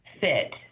fit